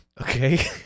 Okay